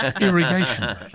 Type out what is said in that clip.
irrigation